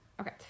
okay